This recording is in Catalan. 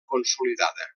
consolidada